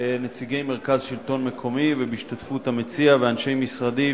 נציגי מרכז השלטון המקומי ובהשתתפות המציע ואנשי משרדי,